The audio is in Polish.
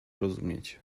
rozumieć